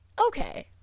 Okay